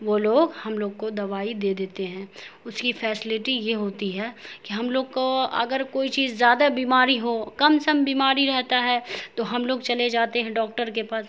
وہ لوگ ہم لوگ کو دوائی دے دیتے ہیں اس کی فیسلٹی یہ ہوتی ہے کہ ہم لوگ کو اگر کوئی چیز زیادہ بیماری ہو کم سے کم بیماری رہتا ہے تو ہم لوگ چلے جاتے ہیں ڈاکٹر کے پاس